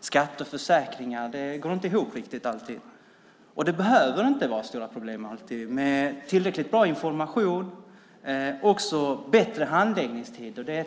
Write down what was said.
skatt och försäkringar - de går inte alltid riktigt ihop. Det behöver inte uppstå stora problem om det finns tillräckligt bra information och handläggningstiderna är bättre.